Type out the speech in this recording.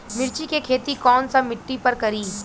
मिर्ची के खेती कौन सा मिट्टी पर करी?